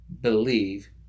believe